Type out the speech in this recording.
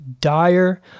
dire